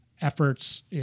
efforts